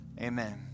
amen